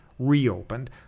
reopened